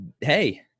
hey